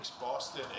Boston